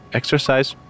exercise